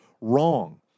wrong